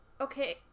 Okay